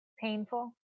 painful